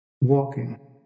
Walking